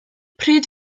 pryd